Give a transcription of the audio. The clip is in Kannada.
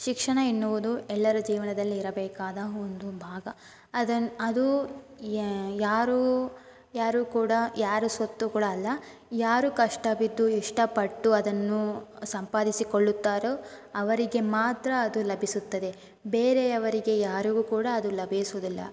ಶಿಕ್ಷಣ ಎನ್ನುವುದು ಎಲ್ಲರ ಜೀವನದಲ್ಲಿ ಇರಬೇಕಾದ ಒಂದು ಭಾಗ ಅದನ್ನು ಅದು ಯಾರೂ ಯಾರು ಕೂಡ ಯಾರ ಸ್ವತ್ತು ಕೂಡ ಅಲ್ಲ ಯಾರು ಕಷ್ಟಬಿದ್ದು ಇಷ್ಟಪಟ್ಟು ಅದನ್ನು ಸಂಪಾದಿಸಿಕೊಳ್ಳುತ್ತಾರೊ ಅವರಿಗೆ ಮಾತ್ರ ಅದು ಲಭಿಸುತ್ತದೆ ಬೇರೆಯವರಿಗೆ ಯಾರಿಗೂ ಕೂಡ ಅದು ಲಭಿಸುವುದಿಲ್ಲ